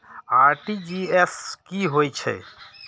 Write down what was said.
RTGS की होय छै